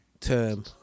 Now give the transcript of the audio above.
term